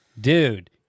dude